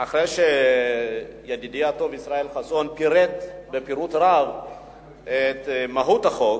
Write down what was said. אחרי שידידי הטוב ישראל חסון פירט בפירוט רב את מהות החוק,